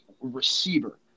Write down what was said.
receiver